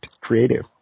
Creative